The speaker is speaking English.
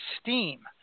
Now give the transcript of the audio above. steam